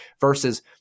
versus